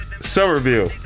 Somerville